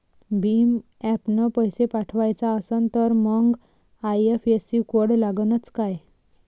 भीम ॲपनं पैसे पाठवायचा असन तर मंग आय.एफ.एस.सी कोड लागनच काय?